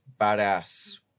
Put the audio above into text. badass